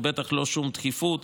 ובטח לא שום דחיפות,